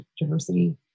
diversity